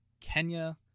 Kenya